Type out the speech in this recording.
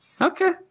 Okay